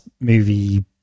movie